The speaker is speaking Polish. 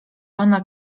ona